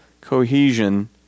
cohesion